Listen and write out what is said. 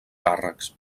càrrecs